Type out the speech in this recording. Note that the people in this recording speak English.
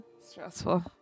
stressful